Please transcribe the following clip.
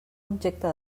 objecte